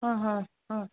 অঁ হয় অঁ